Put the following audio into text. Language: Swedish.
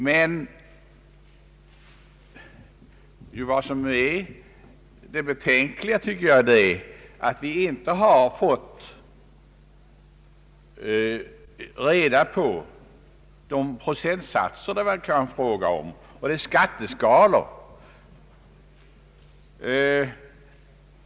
Men det betänkliga tycker jag är att vi inte har fått reda på de procentsatser och skatteskalor det kan vara fråga om.